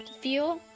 feel,